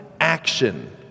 action